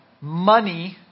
money